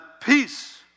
peace